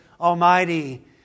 almighty